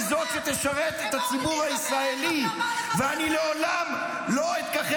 אמור לי מי חבריך ואומר לך מי אתה.